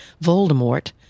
Voldemort